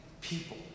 people